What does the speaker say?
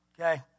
Okay